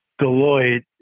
Deloitte